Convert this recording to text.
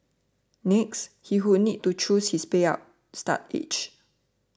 next he would need to choose his payout start age